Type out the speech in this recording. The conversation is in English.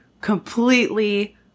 completely